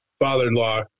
father-in-law